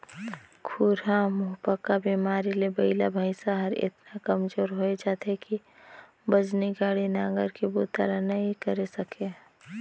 खुरहा मुहंपका बेमारी ले बइला भइसा हर एतना कमजोर होय जाथे कि बजनी गाड़ी, नांगर के बूता ल नइ करे सके